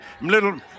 little